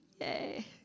Yay